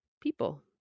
people